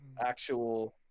actual